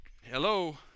Hello